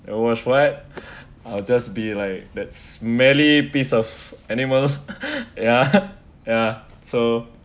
it was what I'll just be like that smelly piece of animals ya ya so